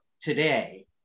today